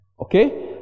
Okay